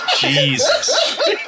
Jesus